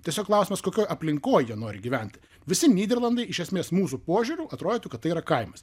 tiesiog klausimas kokioj aplinkoj jie nori gyventi visi nyderlandai iš esmės mūsų požiūriu atrodytų kad tai yra kaimas